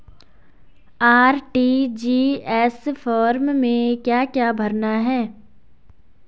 RTGS form में क्या क्या भरना है?